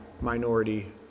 minority